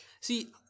See